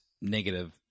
negative